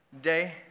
day